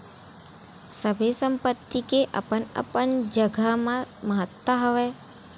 सबे संपत्ति के अपन अपन जघा म महत्ता हवय